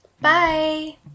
Bye